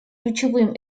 ключевым